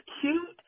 cute